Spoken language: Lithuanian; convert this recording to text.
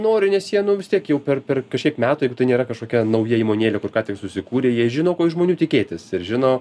nori nes jie nu vis tiek jau per per kažkiek metų jeigu tai nėra kažkokia nauja įmonėlė kur ką tik susikūrė jie žino ko iš žmonių tikėtis ir žino